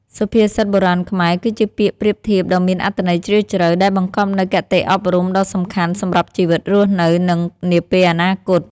សុភាសិតបុរាណខ្មែរគឺជាពាក្យប្រៀបធៀបដ៏មានអត្ថន័យជ្រាលជ្រៅ ដែលបង្កប់នូវគតិអប់រំដ៏សំខាន់សម្រាប់ជីវិតរស់នៅ និងនាពេលអនាគត ។